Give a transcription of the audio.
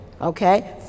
okay